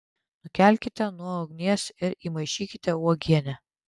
nukelkite nuo ugnies ir įmaišykite uogienę